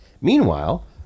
Meanwhile